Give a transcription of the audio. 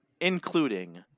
Including